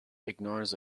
ignores